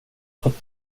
fått